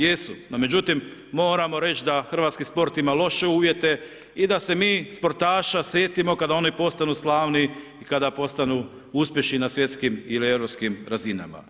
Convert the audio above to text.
Jesu, no međutim moramo reći da hrvatski sport ima loše uvjete i da se mi sportaša sjetimo kada oni postanu slavni i kada postanu uspješni na svjetskim ili europskim razinama.